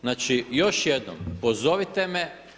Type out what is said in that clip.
Znači još jednom pozovite me.